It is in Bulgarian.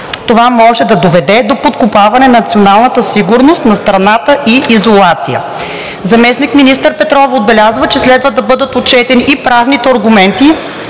Това може да доведе до подкопаване на националната сигурност на страната и изолация. Заместник-министър Петрова отбеляза, че следва да бъдат отчетени и правните аргументи